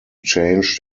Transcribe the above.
changed